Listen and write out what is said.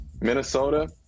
Minnesota